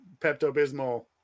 Pepto-Bismol